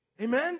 Amen